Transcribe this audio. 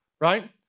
Right